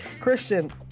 Christian